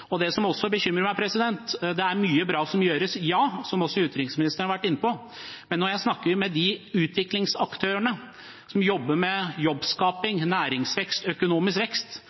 Det som også bekymrer meg, er: Det er mye bra som gjøres, som også utenriksministeren har vært inne på, men når jeg snakker med de utviklingsaktørene som jobber med jobbskaping, næringsvekst, økonomisk vekst,